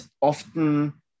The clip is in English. often